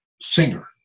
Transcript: singer